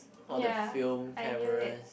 all the film cameras